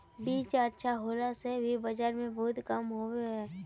बीज अच्छा होला से भी वजन में बहुत कम होबे है?